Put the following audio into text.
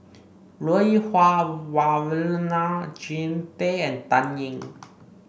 Lui Huah Wah Elena Jean Tay and Dan Ying